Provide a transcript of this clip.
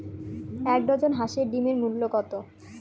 এক ডজন হাঁসের ডিমের মূল্য কত?